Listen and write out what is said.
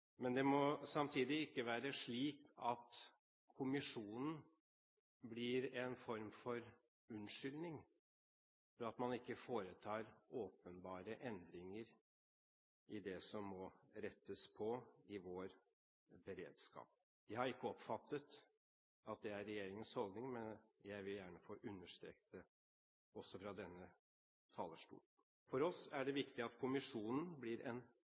Men det må samtidig ikke være slik at kommisjonen blir en form for unnskyldning for at man ikke foretar endringer i det som åpenbart må rettes på i vår beredskap. Jeg har ikke oppfattet at det er regjeringens holdning, men jeg vil gjerne få understreke det også fra denne talerstol. For oss er det viktig at kommisjonen blir en